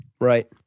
Right